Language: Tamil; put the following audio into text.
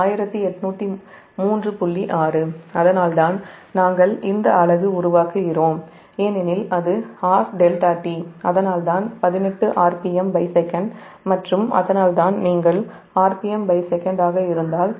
6 அதனால்தான் நாம் இந்த அலகு உருவாக்குகிறோம் ஏனெனில் அது r Δ𝒕 அதனால்தான் 18rpm sec மற்றும் அதனால்தான் நீங்கள் rpm sec ஆக இருந்தால்